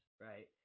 right